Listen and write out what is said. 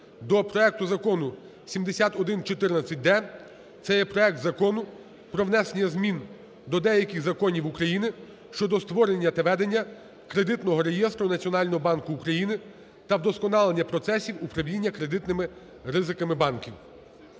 до проекту Закону 7114-д, це є проект Закону про внесення змін до деяких законів України щодо створення та ведення кредитного реєстру Національного банку України та вдосконалення процесів управління кредитними ризиками банків,